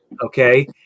okay